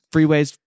Freeways